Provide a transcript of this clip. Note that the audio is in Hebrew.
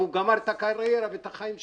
גמר את קרירה ואת החיים שלו.